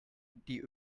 die